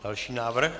Další návrh?